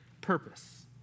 purpose